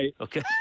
Okay